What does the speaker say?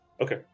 Okay